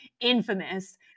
infamous